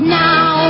now